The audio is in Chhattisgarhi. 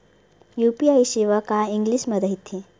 यू.पी.आई सेवा का अंग्रेजी मा रहीथे?